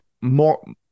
more